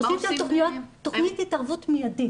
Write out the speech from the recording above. עושים שם תכנית התערבות מיידית,